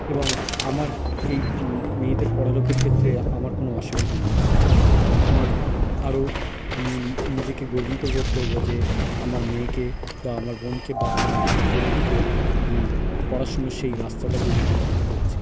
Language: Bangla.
এবং আমার এই মেয়েদের পড়া লোকের ক্ষেত্রে আমার কোনো অসুবিধা নেই আমার আরও আমি নিজেকে গর্বিত বোধ করব যে আমার মেয়েকে বা আমার বোনকে বা আমার একজন বন্ধুকে আমি পড়াশুনোর সেই রাস্তাটা তৈরি করে দিতে পেরেছি